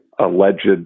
alleged